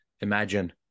imagine